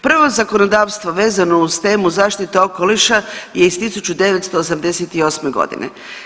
Prvo zakonodavstvo vezano uz temu zaštita okoliša iz 1988. godine.